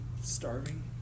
starving